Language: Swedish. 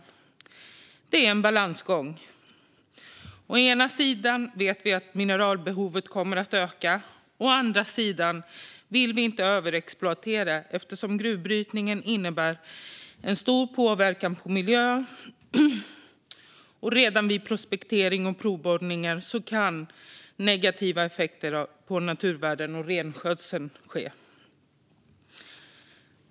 Detta är en balansgång - å ena sidan vet vi att mineralbehovet kommer att öka, å andra sidan vill vi inte överexploatera eftersom gruvbrytningen innebär stor påverkan på miljön, och redan vid prospektering och provborrningar kan det bli negativa effekter på naturvärden och renskötsel.